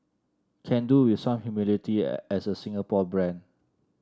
can do with some humility as a Singapore brand